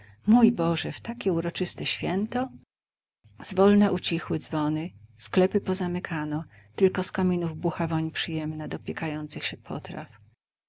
mój boże w takie uroczyste święto zwolna ucichły dzwony sklepy pozamykano tylko z kominów bucha woń przyjemna dopiekających się potraw